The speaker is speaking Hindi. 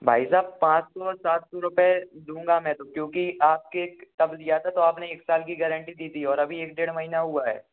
भाई साहब पाँच सौ सात सौ रुपये दूँगा मैं तो क्योंकि आपके तब लिया था तो आप ने एक साल की गैरेन्टी दी थी और अभी एक डेढ़ महीना हुआ है